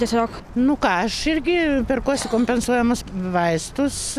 tiesiog nu ką aš irgi perkuosi kompensuojamus vaistus